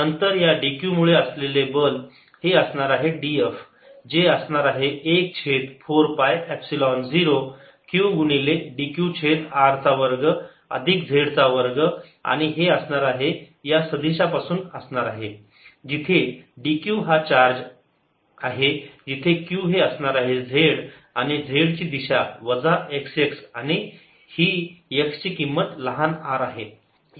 नंतर या dq मुळे असलेले बल हे असणार आहे dF जे असणार आहे 1 छेद 4 पाय एपसिलोन 0 q गुणिले dq छेद r चा वर्ग अधिक z चा वर्ग आणि हे असणार आहे या सदिशापासून असणार आहे जिथे dq हा चार्ज ला आहे जिथे q हे असणार आहे z आणि z ची दिशा वजा x x आणि ही x ची किंमत लहान R आहे